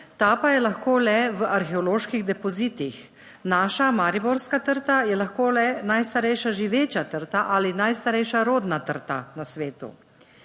ta pa je lahko le v arheoloških depozitih. Naša mariborska trta je lahko le najstarejša živeča trta ali najstarejša rodna trta na svetu.